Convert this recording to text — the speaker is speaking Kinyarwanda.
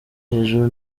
hejuru